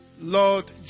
Lord